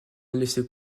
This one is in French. laisser